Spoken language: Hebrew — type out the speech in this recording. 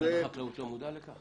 משרד החקלאות לא מודע לכך?